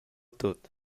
tut